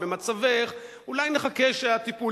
במצבך, אולי נחכה שהטיפול